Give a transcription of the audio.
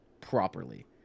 Properly